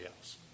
else